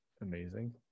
amazing